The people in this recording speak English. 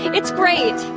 it's great!